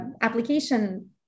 application